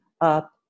up